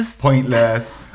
pointless